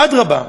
אדרבה,